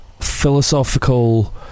philosophical